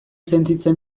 sentitzen